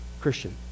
Christian